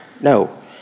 No